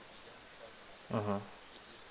mmhmm